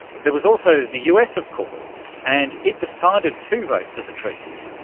there was also the us of course and it decided to vote for the treaty,